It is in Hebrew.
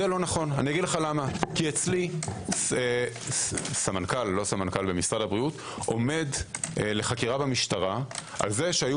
כי אצלי סמנכ"ל במשרד הבריאות עומד לחקירה במשטרה על זה שהיו